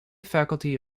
faculty